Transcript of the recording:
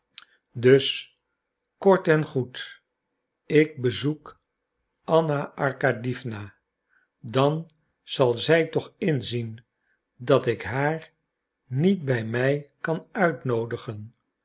dus kort en goed ik bezoek anna arkadiewna dan zal zij toch inzien dat ik haar niet bij mij kan uitnoodigen